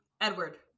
Edward